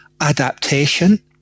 adaptation